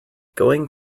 going